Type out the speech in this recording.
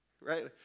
Right